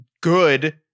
good